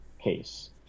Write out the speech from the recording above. case